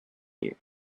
year